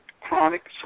chronic